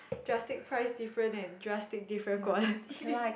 drastic price different and drastic different quality